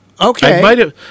Okay